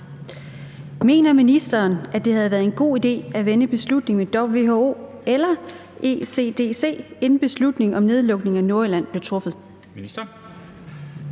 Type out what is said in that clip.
Mener ministeren, at det havde været en god idé at vende beslutningen med WHO og/eller ECDC, inden beslutningen om nedlukningen af Nordjylland blev truffet?